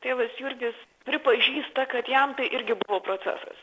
tėvas jurgis pripažįsta kad jam tai irgi buvo procesas